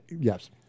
Yes